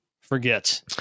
forget